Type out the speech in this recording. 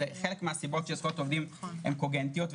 זה חלק מהסיבות שזכויות עובדים הן קוגנטיות.